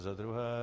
Za druhé.